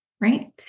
right